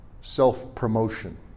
self-promotion